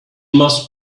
must